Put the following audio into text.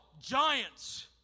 giants